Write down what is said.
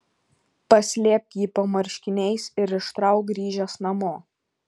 paslėpk jį po marškiniais ir ištrauk grįžęs namo